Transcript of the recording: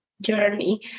Journey